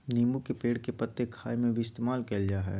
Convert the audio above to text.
नींबू के पेड़ के पत्ते खाय में भी इस्तेमाल कईल जा हइ